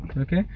Okay